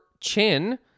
chin